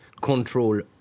control